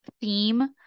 theme